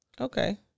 Okay